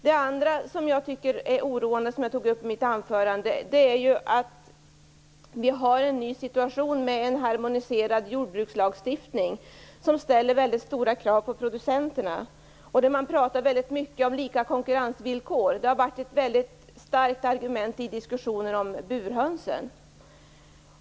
Det andra som jag tycker är oroande och som jag tog upp i mitt anförande är att vi har en ny situation med en harmoniserad jordbrukslagstiftning som ställer mycket stora krav på producenterna, och man talar väldigt mycket om lika konkurrensvillkor. Det har varit ett mycket starkt argument i diskussionerna om burhönsen.